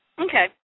Okay